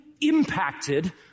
impacted